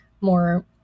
more